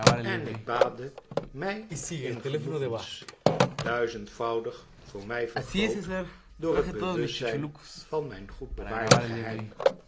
en ik baadde mij in genoegens duizendvoudig voor mij vergroot door het bewustzijn van mijn goed bewaarde geheim